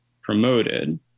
promoted